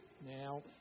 Now